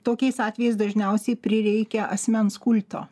tokiais atvejais dažniausiai prireikia asmens kulto